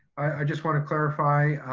i just wanna clarify,